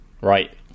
right